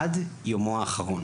עד יומו האחרון.